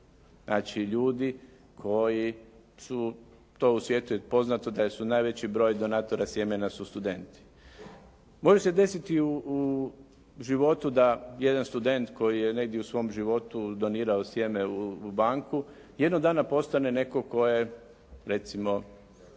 znači ljudi koji su, to u svijetu je poznato da su najveći broj donatora sjemena su studenti. Može se desiti u životu da jedan student koji je negdje u svom životu donirao sjeme u banku jednog dana postane netko tko je recimo